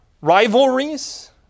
rivalries